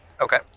Okay